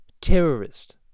terrorist